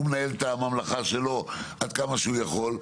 הוא מנהל את הממלכה שלו עד כמה שהוא יכול.